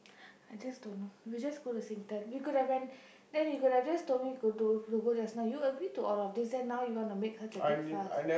I just don't know we just go to Singtel we could have went then you could have just told me could do to go just now you agree to all of these then now you wanna make such a big fuss